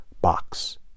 box